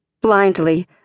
blindly